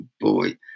boy